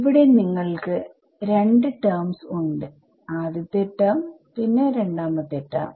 ഇവിടെ നിങ്ങൾക്ക് 2 ടെർമ്സ് ഉണ്ട് ആദ്യത്തെ ടെർമ് പിന്നെ രണ്ടാമത്തെ ടെർമ്